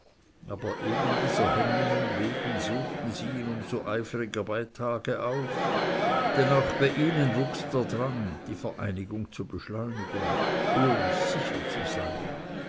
aber eben dieser hemmungen wegen suchten sie ihn um so eifriger bei tage auf denn auch bei ihnen wuchs der drang die vereinigung zu beschleunigen ulis sicher zu sein